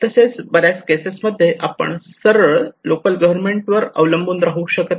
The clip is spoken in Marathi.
तसेच बऱ्याच केसेस मध्ये आपण सरळ लोकल गव्हर्मेंट वर अवलंबून राहू शकत नाही